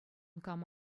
кам